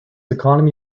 economy